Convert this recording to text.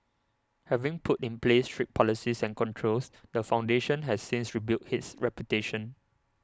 having put in place strict policies and controls the foundation has since rebuilt his reputation